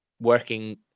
working